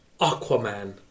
Aquaman